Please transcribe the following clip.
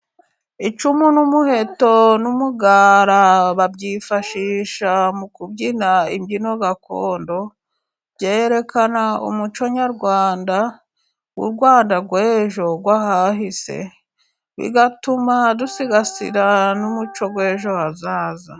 Icumu n'umuheto n'umugara babyifashisha mu kubyina imbyino gakondo byerekana umuco nyarwanda w'u Rwanda rwejo rw'ahahise bigatuma dusigasira n'umuco w'ejo hazaza.